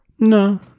No